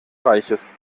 reichs